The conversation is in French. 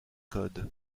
codes